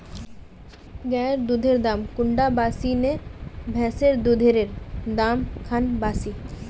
गायेर दुधेर दाम कुंडा बासी ने भैंसेर दुधेर र दाम खान बासी?